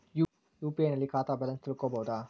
UPI ನಲ್ಲಿ ಖಾತಾ balance ತಿಳಕೊ ಬಹುದಾ?